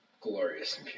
glorious